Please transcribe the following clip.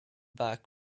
back